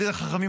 תלמידי חכמים,